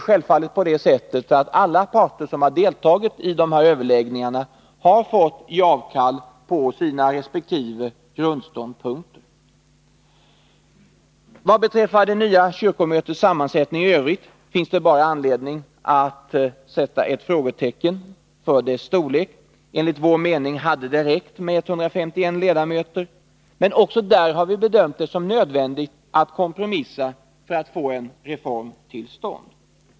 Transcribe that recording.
Självfallet har alla parter som har deltagit i dessa överläggningar fått ge avkall på sina resp. grundståndpunkter. Vad beträffar det nya kyrkomötets sammansättning i övrigt finns det bara anledning att sätta ett frågetecken för dess storlek. Enligt vår mening hade det räckt med 151 ledamöter, men vi har också här bedömt det vara nödvändigt att kompromissa för att få en reform till stånd.